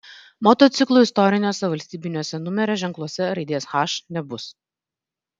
motociklų istoriniuose valstybiniuose numerio ženkluose raidės h nebus